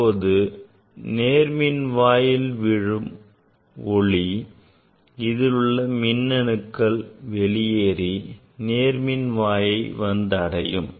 இப்போது நேர்மின்வாயில் ஒளி விழும் இதிலிருந்து மின்னணுக்கள் வெளியேறி நேர்மின்வாயை அடையும்